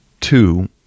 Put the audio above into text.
two